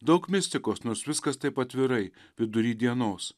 daug mistikos nors viskas taip atvirai vidury dienos